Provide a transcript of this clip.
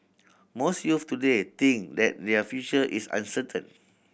most youths today think that their future is uncertain